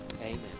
Amen